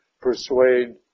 persuade